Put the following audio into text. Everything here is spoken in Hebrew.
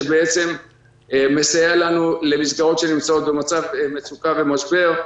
שמסייע למסגרות שנמצאות במצב מצוקה ומשבר.